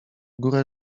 górę